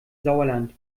sauerland